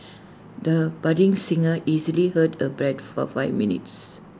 the budding singer easily held her A breath for five minutes